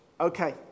Okay